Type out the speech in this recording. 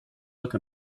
look